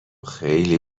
خیلی